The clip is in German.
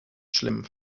schlimm